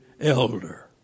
elder